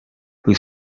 who